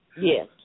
Yes